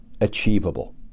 achievable